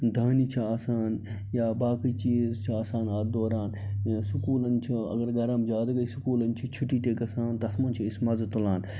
دانہِ چھِ آسان یا باقٕے چیٖز چھِ آسان اَتھ دوران یا سُکوٗلَن چھِ اگر گرم زیادٕ گژھِ سُکوٗلَن چھِ چھُٹی تہِ گژھان تَتھ منٛز چھِ أسۍ مَزٕ تُلان